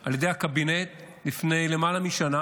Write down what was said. על ידי הקבינט לפני למעלה משנה,